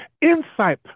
insight